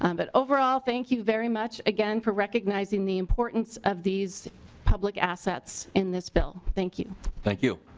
um but over ah thank you very much again for recognizing the importance of these public assets in this bill. thank you. chair thank you.